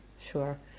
Sure